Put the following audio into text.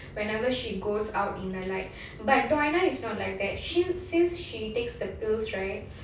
whenever she goes out in the light but doina is not like that sin~ since she takes the pills right